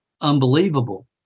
unbelievable